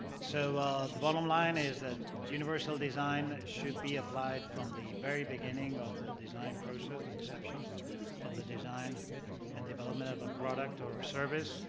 so the bottom line is that universal design should be applied from the very beginning of the design process, the inception of the design and development of a product or service